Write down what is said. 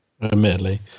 admittedly